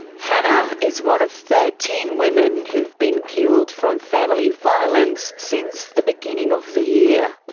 hannah is one of thirteen women who have been killed from family violence since the beginning of the year.